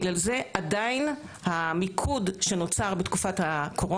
ואם זה דרך באמת כל אותם מוסדות כמו